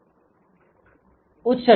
Student Refer Time 1238